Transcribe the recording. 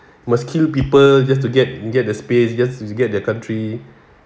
must kill people just to get get the space just to get the country